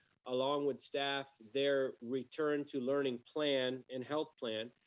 along with staff their return to learning plan and health plan.